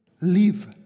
live